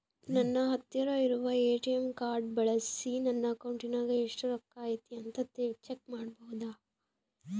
ನನ್ನ ಹತ್ತಿರ ಇರುವ ಎ.ಟಿ.ಎಂ ಕಾರ್ಡ್ ಬಳಿಸಿ ನನ್ನ ಅಕೌಂಟಿನಾಗ ಎಷ್ಟು ರೊಕ್ಕ ಐತಿ ಅಂತಾ ಚೆಕ್ ಮಾಡಬಹುದಾ?